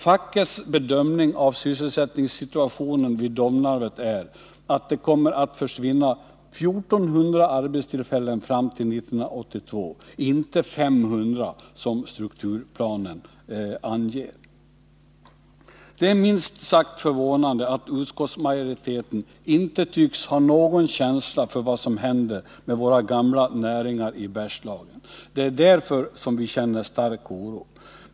Fackets bedömning av sysselsättningssituationen vid Domnarvet är att det kommer att försvinna 1 400 arbetstillfällen fram till 1982 — inte 500, som strukturplanen anger. Det är minst sagt förvånande att utskottsmajoriteten inte tycks ha någon känsla för vad som händer med våra gamla näringar i Bergslagen. Det är därför vi känner stark oro.